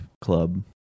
Club